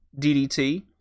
DDT